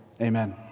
Amen